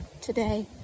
today